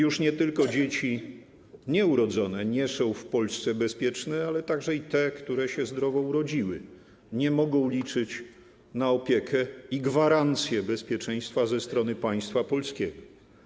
Już nie tylko dzieci nieurodzone nie są w Polsce bezpieczne, ale także te, które się urodziły zdrowe, nie mogą liczyć na opiekę i gwarancję bezpieczeństwa ze strony państwa polskiego.